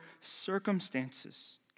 circumstances